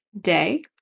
day